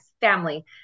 family